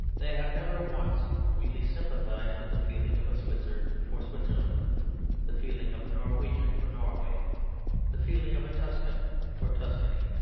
they have never once really sympathised with the feeling of a switzer for switzerland the feeling of a norwegian for norway the feeling of a tuscan for tuscany.